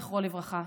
זכרו לברכה,